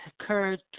occurred